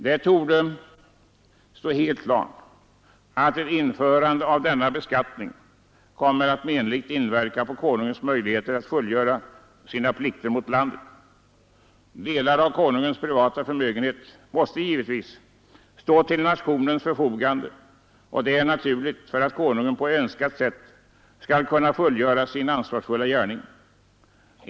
Det torde stå helt klart att ett införande av denna beskattning kommer att menligt inverka på Konungens möjligheter att fullgöra sina plikter mot landet. Delar av Konungens privata förmögenhet måste givetvis stå till nationens förfogande och det är naturligt för att Konungen på önskat sätt skall kunna fullgöra sin ansvarsfulla gärning.